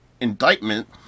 indictment